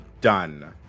done